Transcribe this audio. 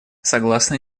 согласно